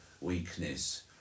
weakness